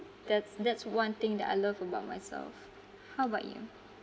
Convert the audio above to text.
that's that's one thing that I love about myself how about you